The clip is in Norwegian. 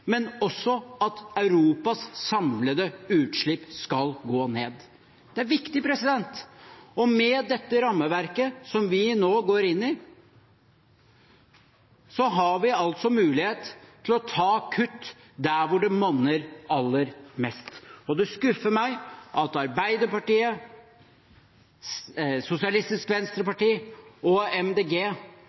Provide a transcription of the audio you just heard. men at også Europas samlede utslipp skal gå ned. Det er viktig, og med dette rammeverket som vi nå går inn i, har vi mulighet til å ta kutt der hvor det monner aller mest. Det skuffer meg at Arbeiderpartiet, Sosialistisk Venstreparti og